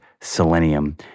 selenium